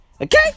Okay